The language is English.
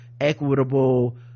equitable